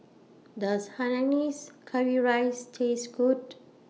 Does Hainanese Curry Rice Taste Good